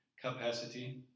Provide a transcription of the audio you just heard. capacity